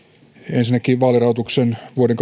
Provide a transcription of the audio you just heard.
ensinnäkin vaalirahoituksen valvonnasta vuoden